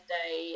day